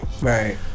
right